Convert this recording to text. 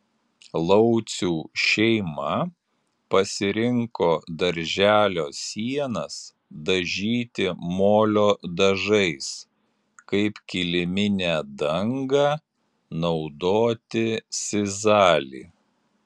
laucių šeima pasirinko darželio sienas dažyti molio dažais kaip kiliminę dangą naudoti sizalį